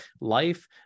life